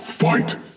Fight